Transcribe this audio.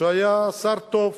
שהוא היה שר טוב,